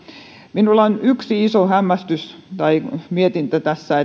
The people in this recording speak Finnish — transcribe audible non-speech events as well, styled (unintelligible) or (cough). minulla on yksi iso hämmästys tai mietintä tässä (unintelligible)